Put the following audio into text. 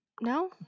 No